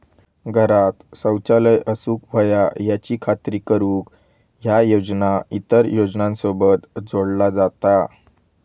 घरांत शौचालय असूक व्हया याची खात्री करुक ह्या योजना इतर योजनांसोबत जोडला जाता